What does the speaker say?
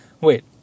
wait